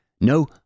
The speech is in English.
No